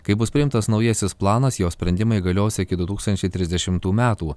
kai bus priimtas naujasis planas jo sprendimai galios iki du tūkstančiai trisdešimų metų